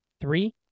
Three